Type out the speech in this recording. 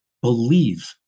believe